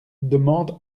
demande